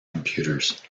computers